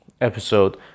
episode